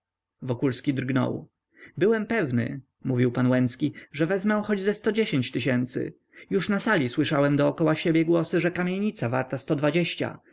wokulski drgnął byłem pewny mówił pan łęcki że wezmę choć ze sto dziesięć tysięcy już na sali słyszałem dokoła siebie głosy że kamienica warta sto dwadzieścia